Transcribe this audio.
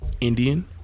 Indian